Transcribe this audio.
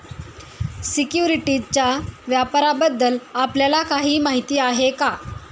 सिक्युरिटीजच्या व्यापाराबद्दल आपल्याला काही माहिती आहे का?